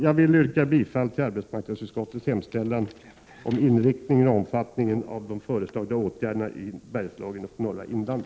Jag yrkar bifall till arbetsmarknadsutskottets hemställan om inriktningen och omfattningen av de föreslagna åtgärderna i Bergslagen och Norrlands inland.